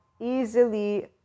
easily